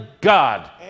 God